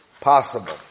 possible